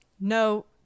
no